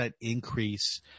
increase